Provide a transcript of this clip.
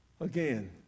Again